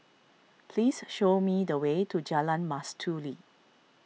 please show me the way to Jalan Mastuli